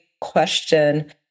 question